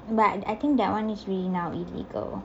but I think that one is really now illegal